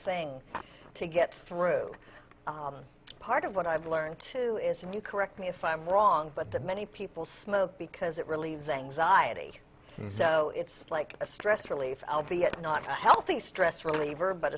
thing to get through part of what i've learned to is if you correct me if i'm wrong but that many people smoke because it relieves anxiety it's like a stress relief i'll be at not a healthy stress reliever but